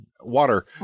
water